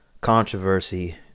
Controversy